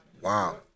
Wow